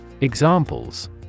Examples